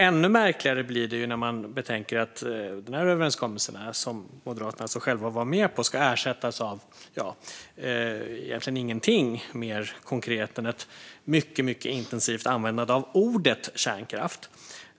Ännu märkligare blir det när man betänker att den överenskommelse som Moderaterna själva var med på ska ersättas av egentligen ingenting mer konkret än ett mycket intensivt användande av ordet kärnkraft.